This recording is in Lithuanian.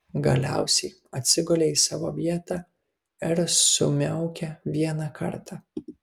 galiausiai atsigulė į savo vietą ir sumiaukė vieną kartą